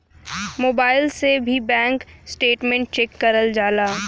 mobile से भी bank statement check करल जाला